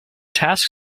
task